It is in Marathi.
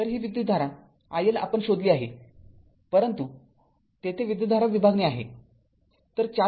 तर ही विद्युतधारा i L आपण शोधली आहे परंतु तेथे विद्युतधारा विभागणी आहे